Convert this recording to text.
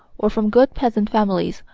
or from good peasant families,